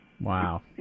Wow